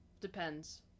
depends